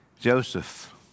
Joseph